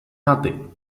nothing